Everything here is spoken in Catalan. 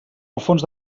alfons